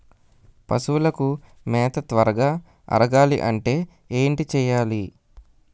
పశువులకు మేత త్వరగా అరగాలి అంటే ఏంటి చేయాలి?